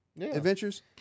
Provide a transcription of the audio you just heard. Adventures